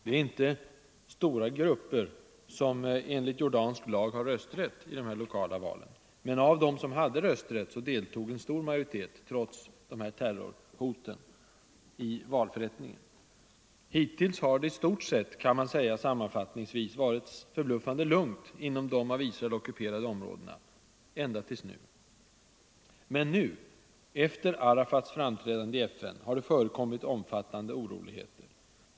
Det är inte stora grupper som enligt jordansk lag har rösträtt i dessa val, men av dem som hade rösträtt deltog en stor majoritet i valen trots terrorhoten. Hittills har det i stort sett varit förbluffande lugnt inom de av Israel ockuperade områdena — ända tills nu. Men nu -— efter Arafats framträdande i FN — har det förekommit omfattande oroligheter.